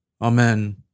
Amen